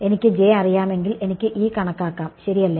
എനിക്ക് അറിയാമെങ്കിൽ എനിക്ക് കണക്കാക്കാം ശരിയല്ലേ